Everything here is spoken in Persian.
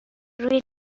روی